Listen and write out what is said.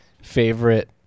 Favorite